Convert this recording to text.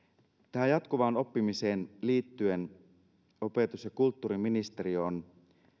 tähän jatkuvaan oppimiseen liittyen opetus ja kulttuuriministeriö on